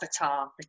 avatar